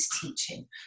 teaching